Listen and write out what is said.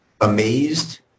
amazed